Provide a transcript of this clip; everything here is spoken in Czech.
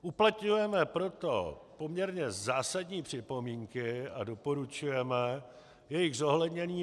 Uplatňujeme proto poměrně zásadní připomínky a doporučujeme jejich zohlednění.